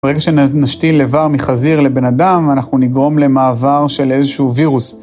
ברגע שנשתיל איבר מחזיר לבן אדם, אנחנו נגרום למעבר של איזשהו וירוס.